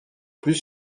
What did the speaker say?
plus